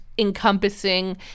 encompassing